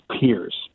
peers